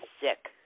sick